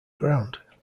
ground